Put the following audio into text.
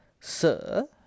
Sir